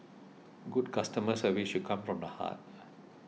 good customer service should come from the heart